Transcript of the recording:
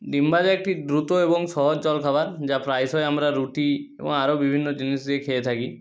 ডিম ভাজা একটি দ্রুত এবং সহজ জলখাবার যা প্রায়শই আমরা রুটি এবং আরও বিভিন্ন জিনিস দিয়ে খেয়ে থাকি